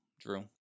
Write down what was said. Drew